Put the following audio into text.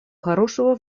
хорошего